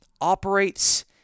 operates